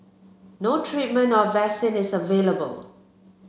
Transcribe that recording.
no treatment or vaccine is available